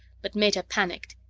but meta panicked.